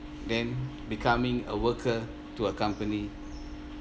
then becoming a worker to a company